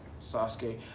Sasuke